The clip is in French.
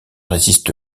résiste